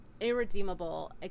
irredeemable